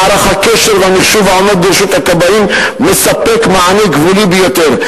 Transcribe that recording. מערך הקשר והמחשוב העומד לרשות הכבאים מספק מענה גבולי ביותר.